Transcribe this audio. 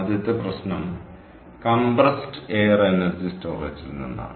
ആദ്യത്തെ പ്രശ്നം compressed air energy സ്റ്റോറേജിൽ നിന്നാണ്